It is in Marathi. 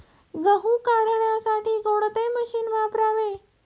गहू काढण्यासाठी कोणते मशीन वापरावे?